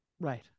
right